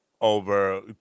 Over